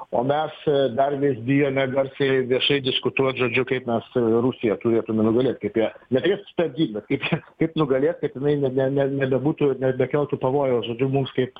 o mes dar vis bijome garsiai viešai diskutuot žodžiu kaip mes su rusija turėtume nugalėt kaip ją ne reik stabdyt bet kaip ją kaip nugalėt kaip jinai nene ne nebebūtų nebekeltų pavojaus žodžiu mums kaip